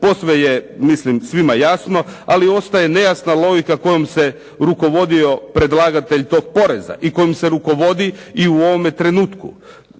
posve je svima jasno ali ostaje nejasna logika kojom se rukovodio predlagatelj tog poreza i kojim se rukovodi u ovome trenutku.